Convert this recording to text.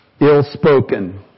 ill-spoken